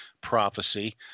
prophecy